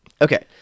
Okay